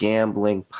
Gambling